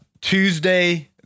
Tuesday